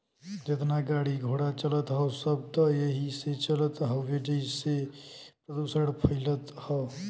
जेतना गाड़ी घोड़ा चलत हौ सब त एही से चलत हउवे जेसे प्रदुषण फइलत हौ